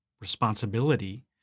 responsibility